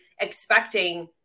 expecting